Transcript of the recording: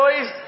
boys